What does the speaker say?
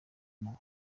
nabo